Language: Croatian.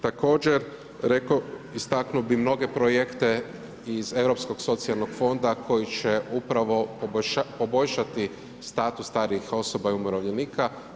Također istaknuo bih mnoge projekte iz Europskog socijalnog fonda koji će upravo poboljšati status starijih osoba i umirovljenika.